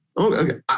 Okay